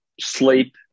sleep